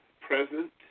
present